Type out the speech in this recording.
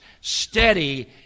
steady